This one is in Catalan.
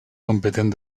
competent